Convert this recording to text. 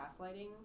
gaslighting